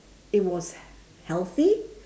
it was healthy